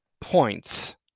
points